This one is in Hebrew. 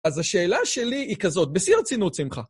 אז השאלה שלי היא כזאת, בשיא הרצינות, שמחה.